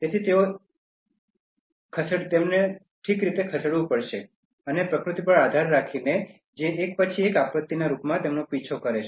તેથી તેઓ ઠીક ખસેડવું પડશે અને પ્રકૃતિ પર આધાર રાખીને જે એક પછી એક આપત્તિના રૂપમાં તેમનો પીછો કરે છે